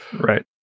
Right